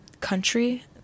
country